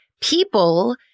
people